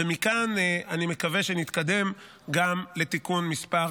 ומכאן אני מקווה שנתקדם גם לתיקון מס'